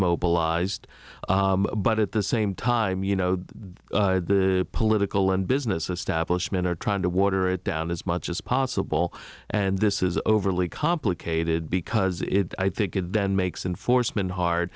mobilized but at the same time you know the political and business establishment are trying to water it down as much as possible and this is overly complicated because it i think it then makes an foresman hard